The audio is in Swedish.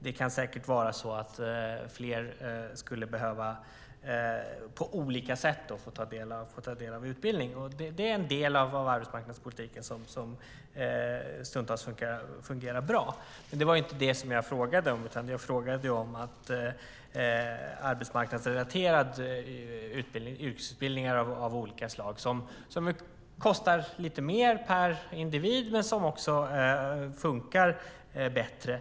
Det kan säkert vara fler som skulle behöva få ta del av utbildning på olika sätt. Det är den del av arbetsmarknadspolitiken som stundtals fungerar bra. Det var inte det som jag frågade om, utan jag frågade om arbetsmarknadsrelaterad utbildning, yrkesutbildning av olika slag, som kostar lite mer per individ men som också funkar bättre.